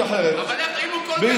איך הוא כל כך יפה?